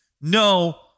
no